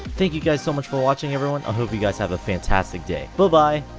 thank you guys so much for watching everyone. i hope you guys have a fantastic day. buh bye